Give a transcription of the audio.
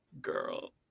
Girl